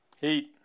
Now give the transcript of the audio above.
Heat